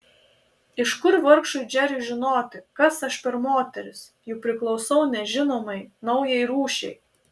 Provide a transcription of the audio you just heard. iš kur vargšui džeriui žinoti kas aš per moteris juk priklausau nežinomai naujai rūšiai